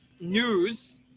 news